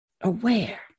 aware